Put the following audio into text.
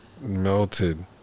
melted